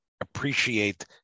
appreciate